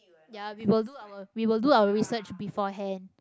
ya we will do our we will do our research beforehand